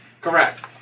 Correct